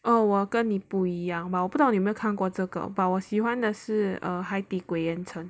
oh 我跟你不一样 but 我不懂你有没有看过这个 but 我喜欢的是 err 海底鬼岩城